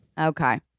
Okay